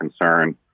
concern